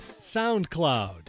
SoundCloud